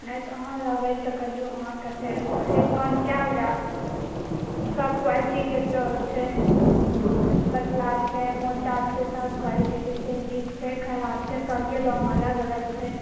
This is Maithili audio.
नहि तऽ अहाँ लेबै तऽ कहियौ अहाँ कते छै डिस्काउण्ट कयल जाएत सभ क्वालिटीके चाउर छै पतला छै मोटा छै सभ क्वालिटीके छै नीक छै खराब छै सभके दाम अलग अलग छै